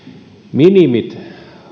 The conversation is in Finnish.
minimit